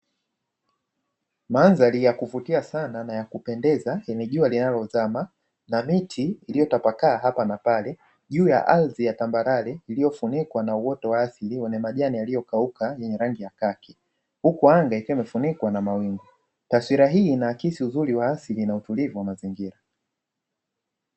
Mandhari ya kuvutia sana na ya kupendeza yenye jua linalozama na miti iliyotapakaa hapa na pale juu ya ardhi ya tambarare iliyofunikwa na uoto wa asili wenye majani yaliyokauka yenye rangi ya kaki, huku anga ikiwa imefunikwa na mawingu taswira hii inaaksi uzuri wa asili na utulivu wa mazingira.